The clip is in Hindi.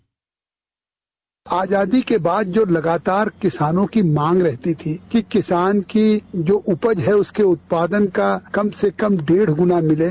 बाइट आजादी के बाद जो लागातार किसानों की मांग रहती थी कि किसान की जो उपज है उसके उत्पादन का कम से कम डेढ़ गुना मिले